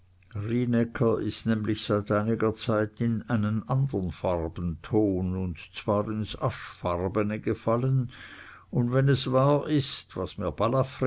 ist nämlich seit einiger zeit in einen andren farbenton und zwar ins aschfarbene gefallen und wenn es wahr ist was mir